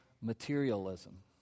materialism